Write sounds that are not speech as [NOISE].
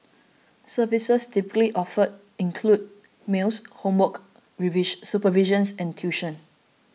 services typically offered include meals homework [UNINTELLIGIBLE] supervision and tuition